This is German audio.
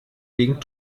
wegen